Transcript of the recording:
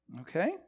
Okay